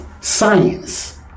science